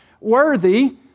worthy